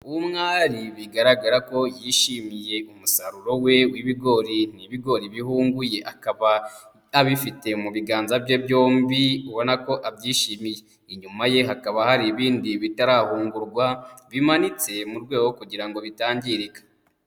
Umwari bigaragara ko yishimiye umusaruro we w'ibigori, ni ibigori bihunguye akaba abifite mu biganza bye byombi ubona ko abyishimiye, inyuma ye hakaba hari ibindi bitarahungurwa bimanitse mu rwego kugira ngo bitangirika.